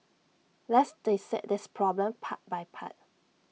let's dissect this problem part by part